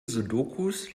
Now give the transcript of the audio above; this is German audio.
sudokus